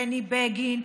בני בגין,